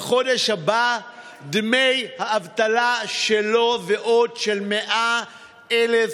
בחודש הבא דמי האבטלה שלו ושל עוד 100,000